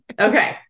Okay